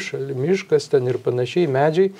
šalia miškas ten ir panašiai medžiai